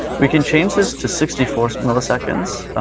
we can change this to sixty four milliseconds,